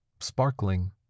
sparkling